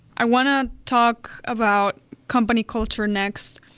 i want to talk about company culture next.